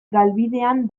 galbidean